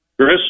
Chris